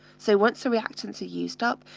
so once the reactions are used up,